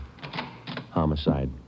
Homicide